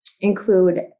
include